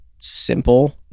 simple